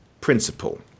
principle